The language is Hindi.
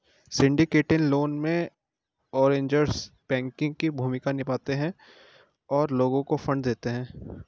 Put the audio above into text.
सिंडिकेटेड लोन में, अरेंजर्स बैंकिंग की भूमिका निभाते हैं और लोगों को फंड देते हैं